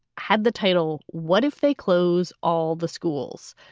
had the title. what if they close all the schools?